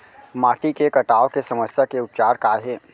माटी के कटाव के समस्या के उपचार काय हे?